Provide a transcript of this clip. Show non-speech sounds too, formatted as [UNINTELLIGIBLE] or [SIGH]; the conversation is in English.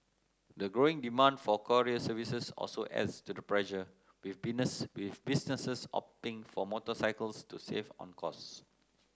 the growing demand for courier services also adds to the pressure with [UNINTELLIGIBLE] with businesses opting for motorcycles to save on costs